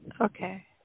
Okay